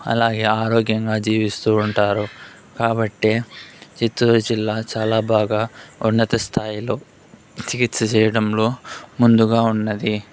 అలాగే ఆరోగ్యంగా జీవిస్తూ ఉంటారు కాబట్టే చిత్తూరు జిల్లా చాలా బాగా ఉన్నత స్థాయిలో చికిత్స చేయడంలో ముందుగా ఉన్నది